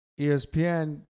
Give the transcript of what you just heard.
ESPN